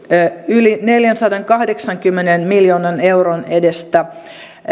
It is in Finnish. yli neljänsadankahdeksankymmenen miljoonan euron edestä